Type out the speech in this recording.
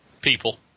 People